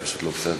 זה פשוט לא בסדר.